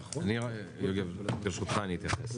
--- יוגב, ברשותך אתייחס.